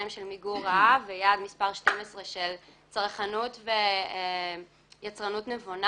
2 של מיגור רעב וליעד מס' 12 של צרכנות ויצרנות נבונה,